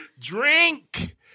Drink